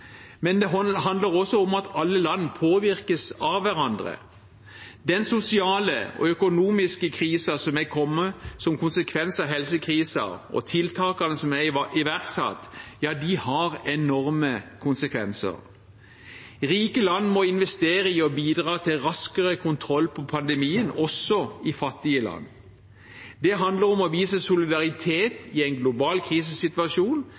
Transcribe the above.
men det handler også om at alle land påvirkes av hverandre. Den sosiale og økonomiske krisen som har kommet som en konsekvens av helsekrisen og tiltakene som er iverksatt, har enorme konsekvenser. Rike land må investere i og bidra til raskere kontroll på pandemien også i fattige land. Det handler om å vise solidaritet i en global krisesituasjon.